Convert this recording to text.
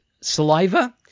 saliva